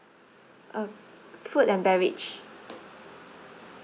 uh food and beverage